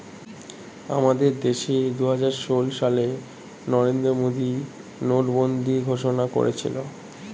আমাদের দেশে দুহাজার ষোল সালে নরেন্দ্র মোদী নোটবন্দি ঘোষণা করেছিল